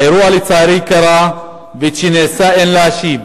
האירוע, לצערי, קרה ואת שנעשה אין להשיב.